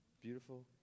Beautiful